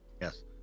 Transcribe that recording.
yes